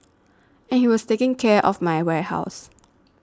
and he was taking care of my warehouse